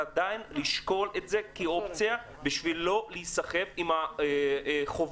צריך עדיין לשקול זאת כאופציה כדי שלא ייסחפו עם החובות.